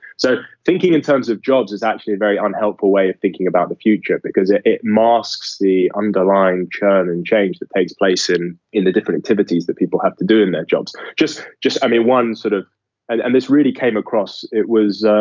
so thinking in terms of jobs is actually a very unhelpful way of thinking about the future because it it mosques the underlying churn and change that takes place in in the different activities that people have to do in their jobs. just just i mean, one sort of and and this really came across it was